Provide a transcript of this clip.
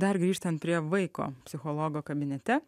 dar grįžtant prie vaiko psichologo kabinete